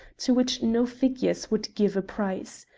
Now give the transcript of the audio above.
to which no figures would give a price.